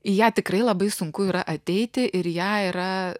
į ją tikrai labai sunku yra ateiti ir į ją yra